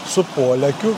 su polėkiu